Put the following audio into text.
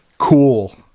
Cool